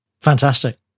fantastic